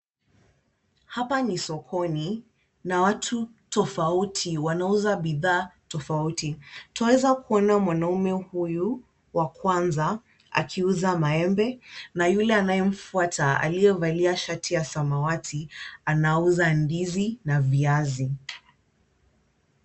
Hapa ni sokoni na watu tofauti wanauza bidhaa tofauti. Twaeza kuona mwanaume huyu wa kwanza akiuza maembe na yule anayemfuata aliyevalia shati ya samawati anauza ndizi na viazi.